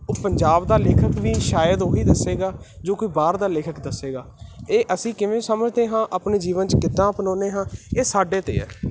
ਉਹ ਪੰਜਾਬ ਦਾ ਲੇਖਕ ਵੀ ਸ਼ਾਇਦ ਉਹੀ ਦੱਸੇਗਾ ਜੋ ਕੋਈ ਬਾਹਰ ਦਾ ਲੇਖਕ ਦੱਸੇਗਾ ਇਹ ਅਸੀਂ ਕਿਵੇਂ ਸਮਝਦੇ ਹਾਂ ਆਪਣੇ ਜੀਵਨ 'ਚ ਕਿੱਦਾਂ ਅਪਣਾਉਂਦੇ ਹਾਂ ਇਹ ਸਾਡੇ 'ਤੇ ਹੈ